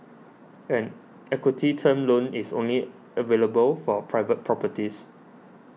an equity term loan is only available for private properties